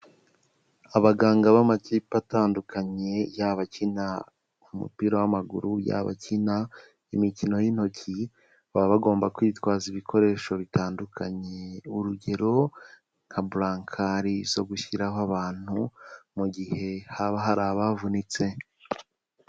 Abaganga b'amakipe atandukanye, yaba abakina umupira w'amaguru, yaba abakina imikino y'intoki, baba bagomba kwitwaza ibikoresho bitandukanye urugero nka Blanchard zo gushyiraho abantu mu gihe haba hari abavunitse.